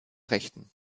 rechten